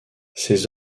ses